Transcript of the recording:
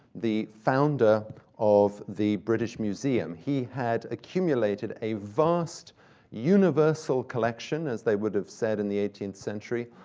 the founder of the british museum. he had accumulated a vast universal collection, as they would have said in the eighteenth century,